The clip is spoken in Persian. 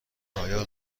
آنها